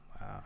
wow